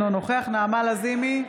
אינו נוכח נעמה לזימי,